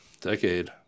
decade